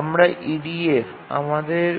আমরা EDF আমাদের